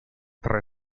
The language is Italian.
tre